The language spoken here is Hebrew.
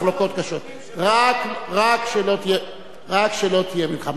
מחלוקות קשות, רק שלא תהיה מלחמה.